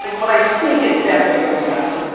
like when i speak, it's definitely those guys.